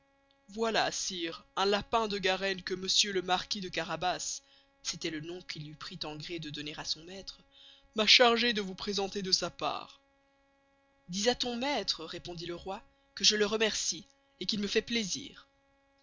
voylà sire un lapin de garenne que monsieur le marquis de carabas c'estoit le nom qu'il lui prit en gré de donner à son maistre m'a chargé de vous presenter de sa part dis à ton maistre répondit le roy que je le remercie et qu'il me fait plaisir